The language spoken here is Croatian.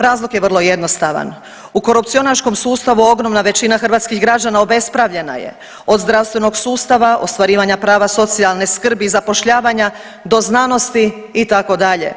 Razlog je vrlo jednostavan, u korupcionaškom sustavu ogromna većina hrvatskih građana obespravljena je od zdravstvenog sustava, ostvarivanja prava socijalne skrbi, zapošljavanja do znanosti itd.